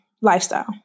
lifestyle